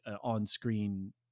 on-screen